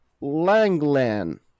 Langland